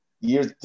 years